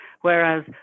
Whereas